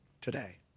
today